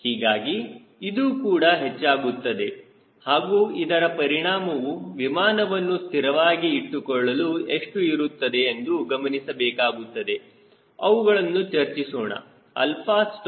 ಹೀಗಾಗಿ ಇದು ಕೂಡ ಹೆಚ್ಚಾಗುತ್ತದೆ ಹಾಗೂ ಇದರ ಪರಿಣಾಮವು ವಿಮಾನವನ್ನು ಸ್ಥಿರವಾಗಿ ಇಟ್ಟುಕೊಳ್ಳಲು ಎಷ್ಟು ಇರುತ್ತದೆ ಎಂದು ಗಮನಿಸಬೇಕಾಗುತ್ತದೆ ಅವುಗಳನ್ನು ಚರ್ಚಿಸೋಣ